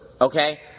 Okay